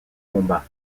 combats